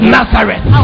Nazareth